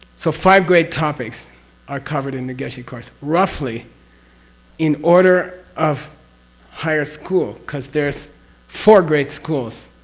so five great topics are covered in the geshe course, roughly in order of higher school because there's four great schools